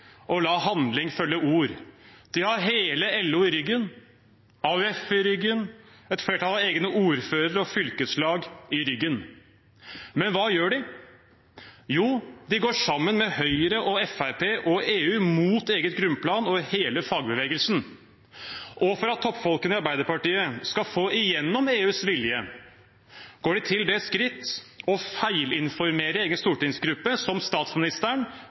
la handling følge ord. De har hele LO, AUF og et flertall av egne ordførere og fylkeslag i ryggen. Men hva gjør de? Jo, de går sammen med Høyre, Fremskrittspartiet og EU mot eget grunnplan og hele fagbevegelsen. Og for at toppfolkene i Arbeiderpartiet skal få igjennom EUs vilje, går de til det skritt å feilinformere egen stortingsgruppe, som statsministeren